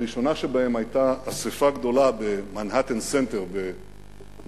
הראשונה שבהן היתה אספה גדולה במנהטן סנטר בניו-יורק.